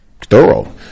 thorough